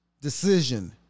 decision